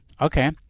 Okay